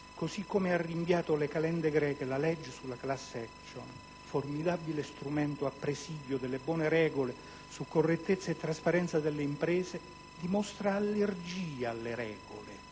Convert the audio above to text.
così come ha rinviato alle calende greche la legge sulla *class action*, formidabile strumento a presidio delle buone regole su correttezza e trasparenza delle imprese, dimostra allergia alle regole,